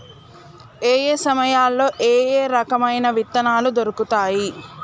ఏయే సమయాల్లో ఏయే రకమైన విత్తనాలు దొరుకుతాయి?